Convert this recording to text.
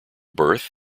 birth